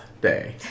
Day